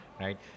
right